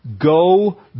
go